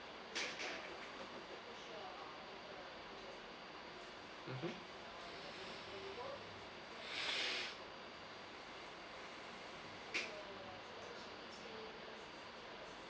mmhmm